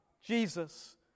Jesus